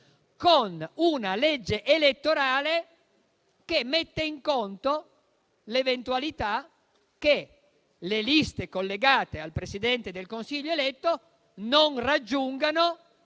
con una legge elettorale che mette in conto l'eventualità che le liste collegate al Presidente del Consiglio eletto non raggiungano